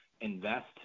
invest